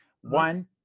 One